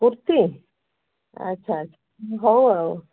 କୁର୍ତ୍ତୀ ଆଚ୍ଛା ଆଚ୍ଛା ହଉ ଆଉ